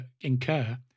incur